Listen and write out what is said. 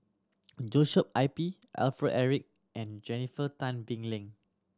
Joshua I P Alfred Eric and Jennifer Tan Bee Leng